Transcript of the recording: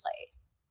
place